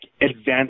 advanced